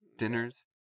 Dinners